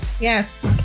Yes